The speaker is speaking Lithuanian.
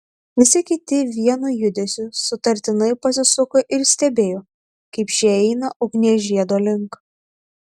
visi kiti vienu judesiu sutartinai pasisuko ir stebėjo kaip šie eina ugnies žiedo link